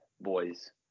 boys